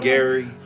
Gary